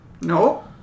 No